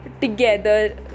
together